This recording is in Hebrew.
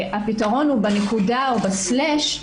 שהפתרון הוא בנקודה או בסלאש.